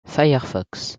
firefox